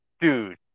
dude